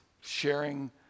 sharing